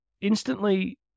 instantly